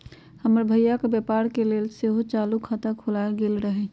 हमर भइया के व्यापार के लेल सेहो चालू खता खोलायल गेल रहइ